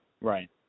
Right